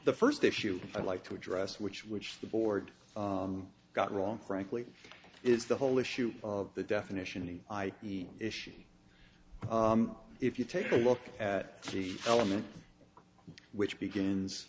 the first issue i'd like to address which which the board got wrong frankly is the whole issue of the definition i mean issue if you take a look at the element which begins